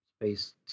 space